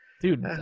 Dude